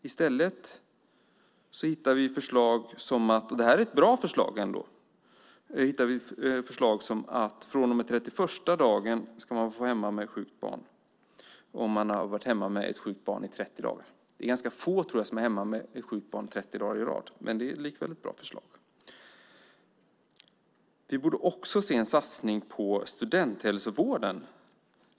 I stället hittar vi förslag - och det här är ändå ett bra förslag - som att man från och med 31:a dagen ska få fortsätta att vara hemma med sjukt barn om man har varit hemma med sjukt barn i 30 dagar. Jag tror att det är ganska få som är hemma med ett sjukt barn 30 dagar i rad, men det är likväl ett bra förslag. Vi borde också se en satsning på studenthälsovården.